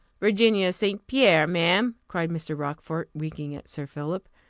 virginia st. pierre! ma'am, cried mr. rochfort, winking at sir philip.